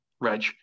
reg